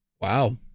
Wow